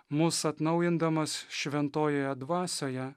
mus atnaujindamas šventojoje dvasioje